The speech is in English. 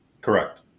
Correct